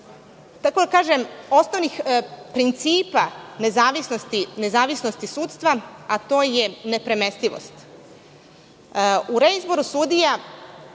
jedan od osnovnih principa nezavisnosti sudstva, a to je nepremestivost. U reizboru sudija